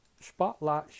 spotlight